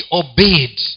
obeyed